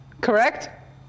Correct